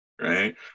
right